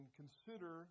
consider